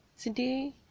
today